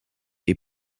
est